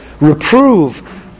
reprove